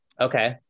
Okay